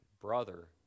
Brother